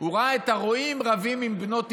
הוא ראה את הרועים רבים עם בנות יתרו,